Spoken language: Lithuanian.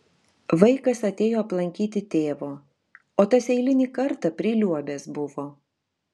vaikas atėjo aplankyti tėvo o tas eilinį kartą priliuobęs buvo